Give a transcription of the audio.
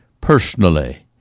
personally